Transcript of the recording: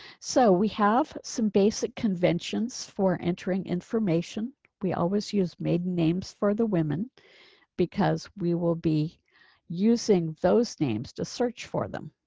so we have some basic conventions for entering information, we always use maiden names for the women because we will be using those names to search for them.